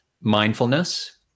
Mindfulness